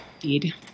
Indeed